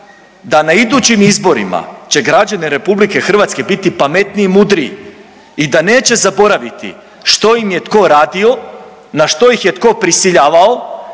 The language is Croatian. da na idućim izborima će građani RH biti pametniji i mudriji i da neće zaboraviti što im je tko radio, na što ih je tko prisiljavao